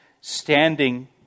standing